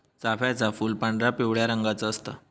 चाफ्याचा फूल पांढरा, पिवळ्या रंगाचा असता